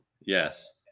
Yes